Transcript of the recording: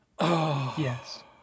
Yes